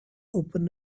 open